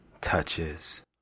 touches